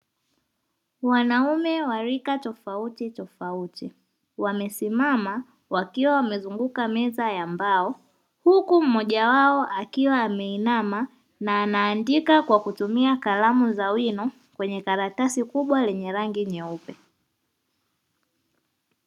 Wanaume wa rika tofauti tofauti wamesimama wakiwa wamezunguka meza ya mbao, huku mmoja wao akiwa ameinama na anaandika kwa kutumia kalamu za wino kwenye karatasi kubwa ya rangi nyeupe.